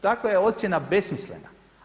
Takva je ocjena besmislena.